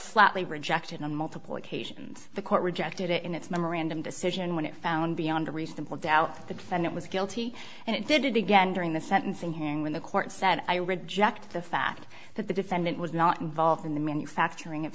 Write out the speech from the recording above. flatly rejected on multiple occasions the court rejected it in its memorandum decision when it found beyond a reasonable doubt that the defendant was guilty and it did it again during the sentencing hearing when the court said i reject the fact that the defendant was not involved in the manufacturing